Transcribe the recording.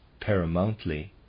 paramountly